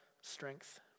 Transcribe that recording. strength